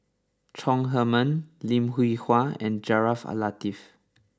Chong Heman Lim Hwee Hua and Jaafar Latiff